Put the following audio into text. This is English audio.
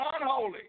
unholy